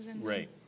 Right